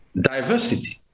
diversity